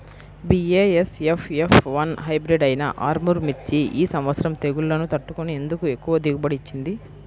BASF F one hybrid అయినా ఆర్ముర్ మిర్చి ఈ సంవత్సరం తెగుళ్లును తట్టుకొని ఎందుకు ఎక్కువ దిగుబడి ఇచ్చింది?